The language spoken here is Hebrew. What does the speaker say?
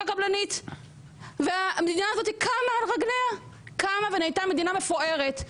קבלנית והמדינה עמדה על רגליה והיא מדינה מפוארת.